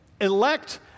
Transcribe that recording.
elect